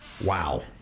wow